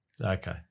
Okay